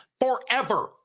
forever